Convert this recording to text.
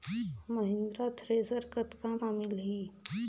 Mahindra thresher कतका म मिलही?